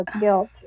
Guilt